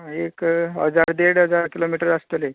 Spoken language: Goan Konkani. एक हजार देड हजार किलोमीटर आसतलें